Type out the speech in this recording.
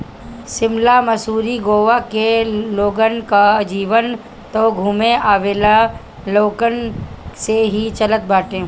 शिमला, मसूरी, गोवा के लोगन कअ जीवन तअ घूमे आवेवाला लोगन से ही चलत बाटे